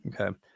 Okay